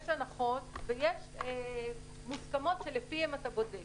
יש הנחות ויש מוסכמות שלפיהן אתה בודק.